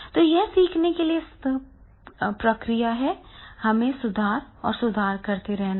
तो यह सीखने की एक सतत प्रक्रिया है हमें सुधार और सुधार करते रहना है